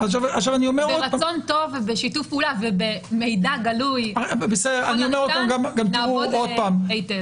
ברצון טוב, בשיתוף פעולה ובמידע גלוי, נעבוד היטב.